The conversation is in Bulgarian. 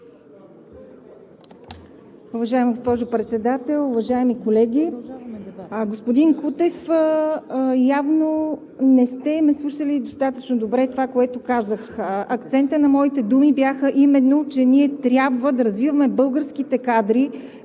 Уважаема госпожо Председател, уважаеми колеги! Господин Кутев, явно не сте слушали достатъчно добре това, което казах. Акцентът на моите думи бeше, че именно ние трябва да развиваме българските кадри